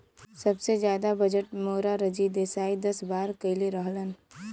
सबसे जादा बजट मोरारजी देसाई दस बार कईले रहलन